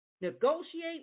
negotiate